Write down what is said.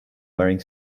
wearing